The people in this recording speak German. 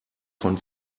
von